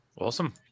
Awesome